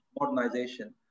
modernization